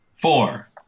Four